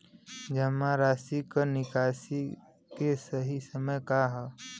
जमा राशि क निकासी के सही समय का ह?